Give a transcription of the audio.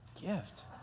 gift